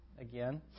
again